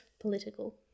political